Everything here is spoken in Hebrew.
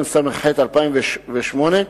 התשס"ח 2008,